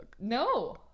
No